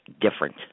different